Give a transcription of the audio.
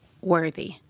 worthy